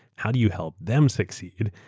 how do you help them succeed?